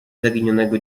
zaginionego